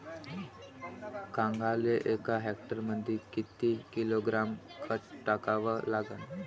कांद्याले एका हेक्टरमंदी किती किलोग्रॅम खत टाकावं लागन?